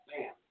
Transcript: Bam